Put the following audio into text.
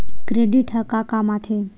Credit ह का काम आथे?